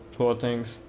poor things?